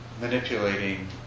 manipulating